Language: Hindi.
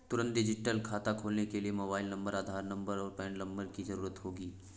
तुंरत डिजिटल खाता खोलने के लिए मोबाइल नंबर, आधार नंबर, और पेन नंबर की ज़रूरत होगी